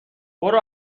برو